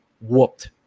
whooped